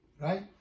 right